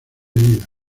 vida